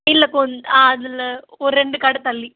இல்லை கொஞ்ச ஆ அதில் ஒரு ரெண்டு கடை தள்ளி